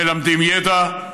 מלמדים ידע,